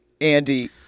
Andy